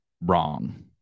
wrong